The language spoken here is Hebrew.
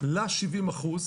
ל-70 אחוזים,